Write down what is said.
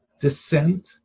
descent